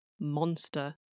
monster